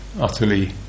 utterly